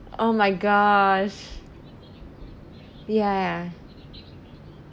oh my gosh ya